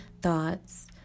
thoughts